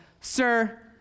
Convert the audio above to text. sir